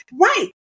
Right